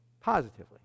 Positively